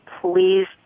please